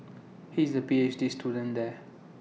he is A P H D student there